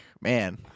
man